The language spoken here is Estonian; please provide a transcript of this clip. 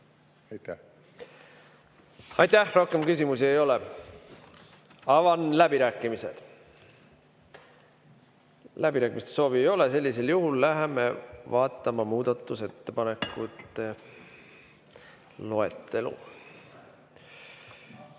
Aitäh! Rohkem küsimusi ei ole. Avan läbirääkimised. Läbirääkimiste soovi ei ole. Sellisel juhul läheme vaatama muudatusettepanekute loetelu. Meil